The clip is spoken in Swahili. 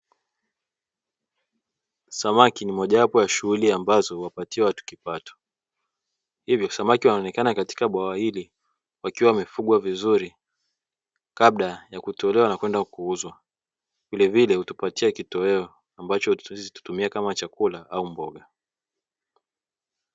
Ufugaji wa Samaki ni mojawapo ya shughuli ambazo huwapatia watu kipato, Samaki wanaonekana katika bwawa hili wakiwa wamefugwa vizuri kabla ya kutolewa na kwenda kuuzwa vilevile kutupatie kitoweo ambacho sisi hutumia kama chakula au mboga.